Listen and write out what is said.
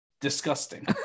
Disgusting